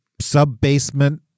sub-basement